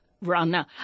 Runner